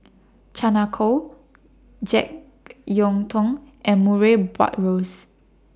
Chan Ah Kow Jek Yeun Thong and Murray Buttrose